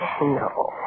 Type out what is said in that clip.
No